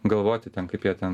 galvoti ten kaip jie ten